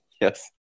Yes